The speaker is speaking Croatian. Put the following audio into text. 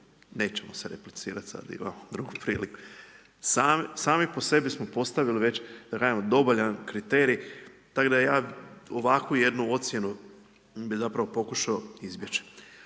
nećemo se replicirati, sad imamo drugu priliku, sami po sebi smo postavili već, da kažem dovoljan kriterij. Tako da ja ovakvu jednu ocjenu bih zapravo pokušao izbjeći.